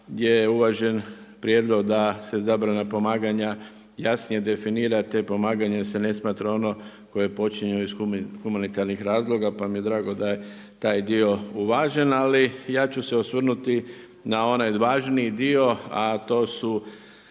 da je uvažen prijedlog da se zabrana pomaganja jasnije definira, te pomaganje se ne smatra ono koje počinje iz humanitarnih razloga pa mi je drago da je taj dio uvažen. Ali ja ću se osvrnuti na onaj važniji dio, a to su,